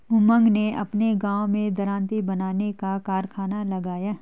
उमंग ने अपने गांव में दरांती बनाने का कारखाना लगाया